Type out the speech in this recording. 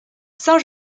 saint